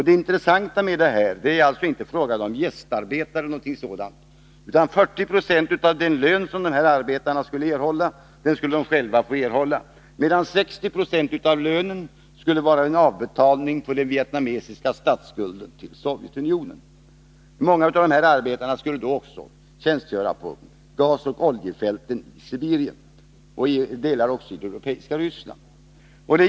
Det intressanta med det här är att det alltså inte är fråga om gästarbetare eller något sådant, för 40 26 av den lön som de här arbetarna skulle erhålla skulle de själva få behålla, medan 60 22 av lönen skulle vara en avbetalning på den vietnamesiska statsskulden till Sovjetunionen. Många av dessa arbetare skulle också tjänstgöra på gasoch oljefälten i Sibirien och i delar av det europeiska Ryssland.